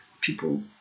people